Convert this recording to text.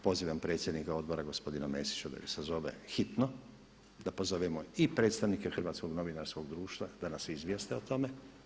Pozivam predsjednika odbora gospodina Mesića da je sazove hitno, da pozovemo i predstavnike i Hrvatskog novinarskog društva da nas izvijeste o tome.